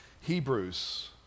Hebrews